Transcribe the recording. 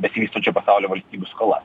besivystančio pasaulio valstybių skola